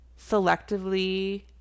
selectively